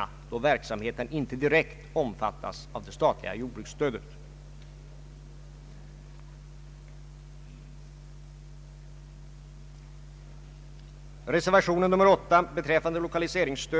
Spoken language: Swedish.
program skulle innehålla två huvudmoment.